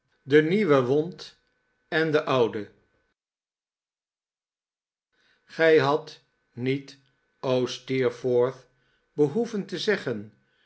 de nieuwe wond en de oude gij hadt niet o steerforth behoeven te zeggen